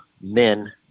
men